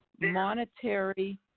monetary